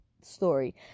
story